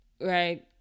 right